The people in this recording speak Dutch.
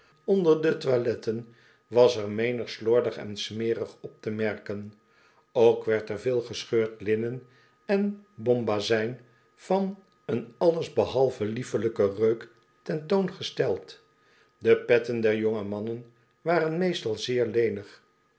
onder de toiletten was er menig slordig en smerig op te merken ook werd er veel gescheurd linnen en bombazijn van een alles behalve liefelij ken reuk ten toon gesteld de petten der jonge mannen waren meestal zeer lenig